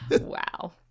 Wow